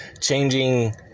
changing